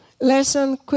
lesson